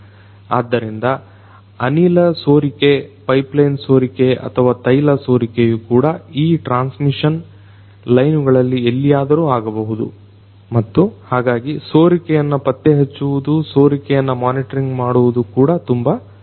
ಆದ್ದರಿಂದ ಅನಿಲ ಸೋರಿಕೆ ಪೈಪ್ಲೈನ್ ಸೋರಿಕೆ ಅಥವಾ ತೈಲ ಸೋರಿಕೆಯು ಕೂಡ ಈ ಟ್ರಾನ್ಸ್ ಮಿಷನ್ ಲೈನುಗಳಲ್ಲಿ ಎಲ್ಲಿಯಾದರೂ ಅಗಬಹುದು ಮತ್ತು ಹಾಗಾಗಿ ಸೋರಿಕೆಯನ್ನ ಪತ್ತೆಹಚ್ಚುವುದು ಸೋರಿಕೆಯನ್ನ ಮೊನಿಟರಿಂಗ್ ಮಾಡುವುದು ಕೂಡ ತುಂಬಾ ಮುಖ್ಯ